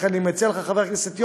לכן אני מציע לך, חבר הכנסת יונה,